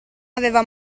aveva